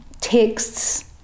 texts